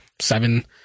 seven